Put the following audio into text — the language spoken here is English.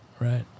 Right